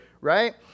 right